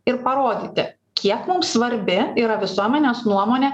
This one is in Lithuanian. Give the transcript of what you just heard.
ir parodyti kiek mums svarbi yra visuomenės nuomonė